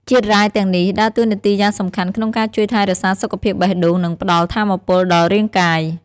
ជាតិរ៉ែទាំងនេះដើរតួនាទីយ៉ាងសំខាន់ក្នុងការជួយថែរក្សាសុខភាពបេះដូង និងផ្ដល់ថាមពលដល់រាងកាយ។